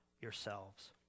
yourselves